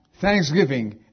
thanksgiving